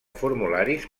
formularis